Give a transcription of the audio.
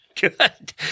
Good